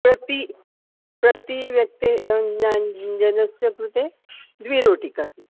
thirty तर्टी व्यक्तेः जनस्य कृते द्वे रोटिकास्ति